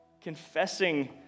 confessing